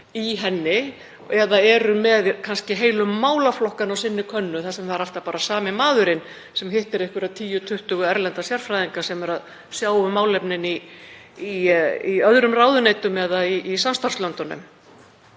eða eru með kannski heilu málaflokkana á sinni könnu þar sem það er alltaf sami maðurinn sem hittir einhverja 10–20 erlendra sérfræðinga sem sjá um málefnin í öðrum ráðuneytum eða í samstarfslöndunum.